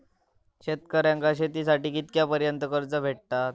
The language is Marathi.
शेतकऱ्यांका शेतीसाठी कितक्या पर्यंत कर्ज भेटताला?